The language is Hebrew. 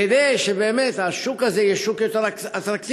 כדי שבאמת השוק הזה יהיה שוק יותר אטרקטיבי.